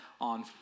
On